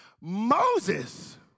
Moses